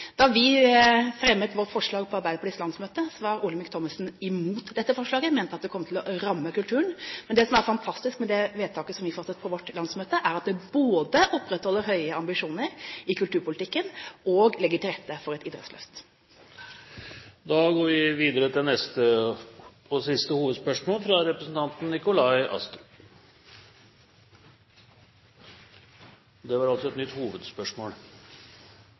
Da vi fremmet vårt forslag på Arbeiderpartiets landsmøte, var Olemic Thommessen imot dette forslaget og mente at det kom til å ramme kulturen. Men det som er fantastisk med det vedtaket som vi fattet på vårt landsmøte, er at det både opprettholder høye ambisjoner i kulturpolitikken og legger til rette for et idrettsløft. Da går vi videre til neste, og siste, hovedspørsmål, fra representanten Nikolai